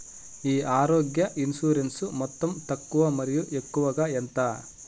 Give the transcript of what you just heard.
ఈ ఆరోగ్య ఇన్సూరెన్సు మొత్తం తక్కువ మరియు ఎక్కువగా ఎంత?